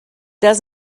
does